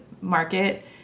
market